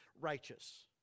righteous